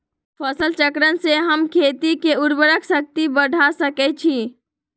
फसल चक्रण से हम खेत के उर्वरक शक्ति बढ़ा सकैछि?